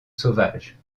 sauvages